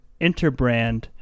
interbrand